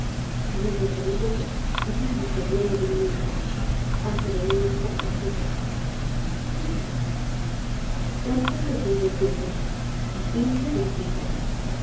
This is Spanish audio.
amigo querido ya no soy dueño de mi mismo hace de mí cuanto quiere de noviembre